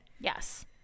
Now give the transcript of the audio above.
Yes